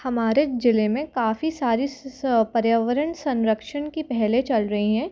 हमारे ज़िले में काफ़ी सारी पर्यावरण संरक्षण की पहल चल रही हैं